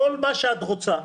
כל מה שאת רוצה,